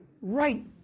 right